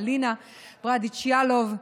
אלינה ברדץ' יאלוב,